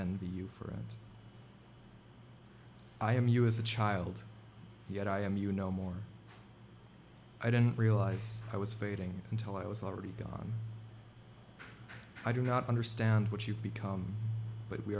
be you friend i am you as a child yet i am you no more i didn't realize i was fading until i was already gone i do not understand what you become but we